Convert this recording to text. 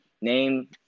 Name